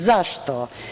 Zašto?